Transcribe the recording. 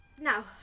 Now